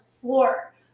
floor